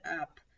up